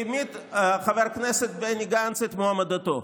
העמיד חבר הכנסת בני גנץ את מועמדתו.